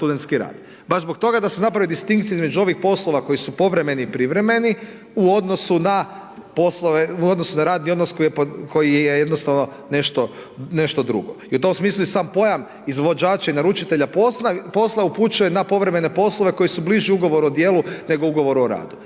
Baš zbog toga da se napravi distinkcija između ovih poslova koji su povremeni i privremeni u odnosu na poslove, u odnosu na radni odnos koji je jednostavno nešto drugo. I u tom smislu i sam pojam izvođača i naručitelja posla upućuje na povremene poslove koji su bliži ugovoru o djelu nego ugovoru o radu.